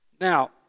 Now